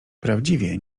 prawdziwie